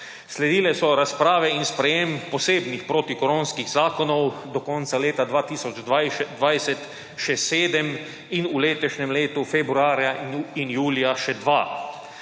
Sledile so razprave in sprejetje posebnih protikoronskih zakonov, do konca leta 2020 še sedem in v letošnjem letu februarja in julija še dva.